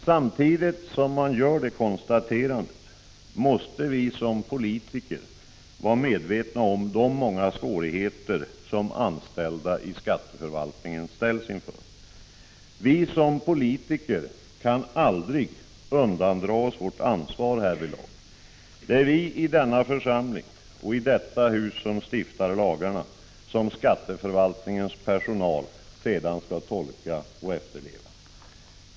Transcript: Samtidigt som man gör detta konstaterande, bör man beakta att vi som politiker måste vara medvetna om de många svårigheter som anställda i skatteförvaltningen ställs inför. Vi som politiker kan aldrig undandra oss vårt ansvar härvidlag. Det är vi i denna församling och i detta hus som stiftar lagarna, som skatteförvaltningens personal sedan skall tolka och efterleva.